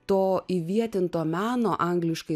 to įvietinto meno angliškai